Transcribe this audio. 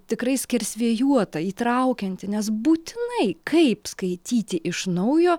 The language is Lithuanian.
tikrai skersvėjuota įtraukianti nes būtinai kaip skaityti iš naujo